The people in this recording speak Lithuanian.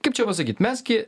kaip čia pasakyt mes gi